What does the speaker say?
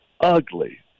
ugly